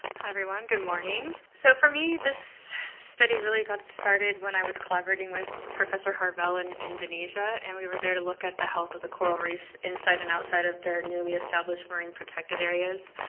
hi everyone, good morning. so for me this study really got started when i was collaborating with professor harvell in indonesia and we were there to look at the health of the coral reefs inside and outside of their newly established marine protected areas.